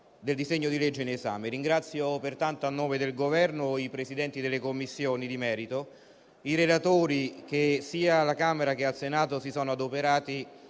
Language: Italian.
del disegno di legge in esame. Ringrazio, pertanto, a nome del Governo, i Presidenti delle Commissioni di merito; i relatori che, sia alla Camera che al Senato, si sono adoperati